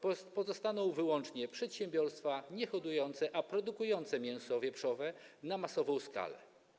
Pozostaną wyłącznie przedsiębiorstwa nie hodujące świnie, a produkujące mięso wieprzowe na masową skalę.